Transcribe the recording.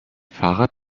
fahrrad